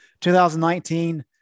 2019